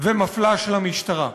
ומפלה של המשטרה.